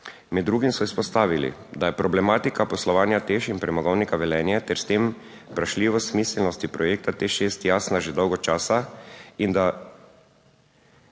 Med drugim so izpostavili, da je problematika poslovanja TEŠ in Premogovnika Velenje ter s tem vprašljivost smiselnosti projekta TEŠ 6 jasna že dolgo časa in da